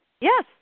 Yes